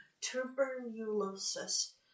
Tuberculosis